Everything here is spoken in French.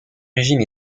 régime